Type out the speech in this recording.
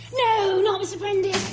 no, not mr prendick!